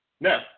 Now